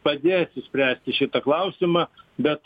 padės išspręsti šitą klausimą bet